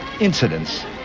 incidents